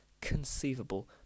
conceivable